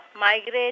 Migrate